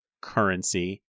currency